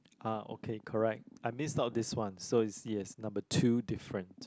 uh okay correct I missed out this one so it's yes number two different